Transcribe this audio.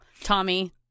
Tommy